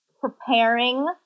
preparing